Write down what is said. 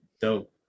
dope